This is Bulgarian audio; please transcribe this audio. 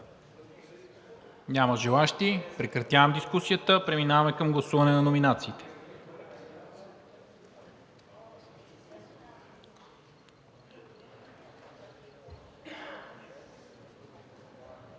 Няма желаещи. Прекратявам дискусията. Преминаваме към гласуване на номинациите.